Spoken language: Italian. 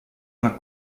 una